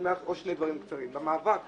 עוד שני דברים קצרים: במאבק